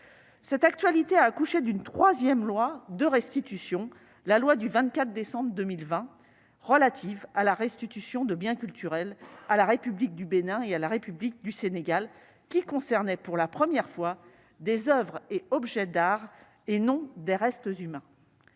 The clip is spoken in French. Cette actualité a accouché d'une troisième loi de restitution, la loi du 24 décembre 2020 relative à la restitution de biens culturels à la République du Bénin et à la République du Sénégal, qui concernait pour la première fois des oeuvres et objets d'art, non des restes humains.